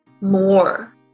more